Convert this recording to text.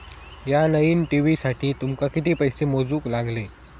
या नईन टी.व्ही साठी तुमका किती पैसे मोजूक लागले?